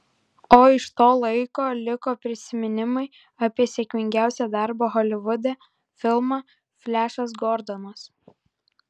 o iš to laiko liko prisiminimai apie sėkmingiausią darbą holivude filmą flešas gordonas